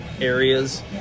areas